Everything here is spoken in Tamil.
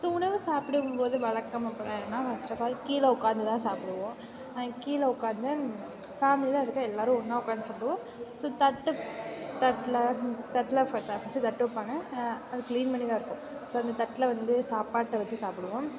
ஸோ உணவு சாப்பிடும்போது வழக்கம் ஃபஸ்ட் ஆஃப் ஆல் கீழே உக்காந்துதான் சாப்பிடுவோம் கீழே உக்கார்ந்து ஃபேமிலியில் இருக்கிற எல்லோரும் ஒன்றா உக்காந்து சாப்பிடுவோம் ஸோ தட்டு தட்டுல் தான் ஃபஸ்ட் தட்டு வைப்பாங்க அதை கிளீன் பண்ணித்தான் இருக்கும் ஸோ அந்த தட்டில் வந்து சாப்பாட்டை வச்சு சாப்பிடுவோம்